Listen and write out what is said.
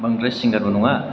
बांद्राय सिंगारबो नङा